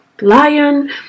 lion